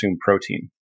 protein